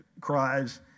cries